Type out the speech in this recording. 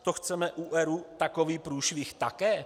To chceme u ERÚ takový průšvih také?